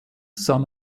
san